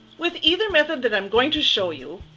with either method that i'm going to show you.